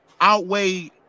outweigh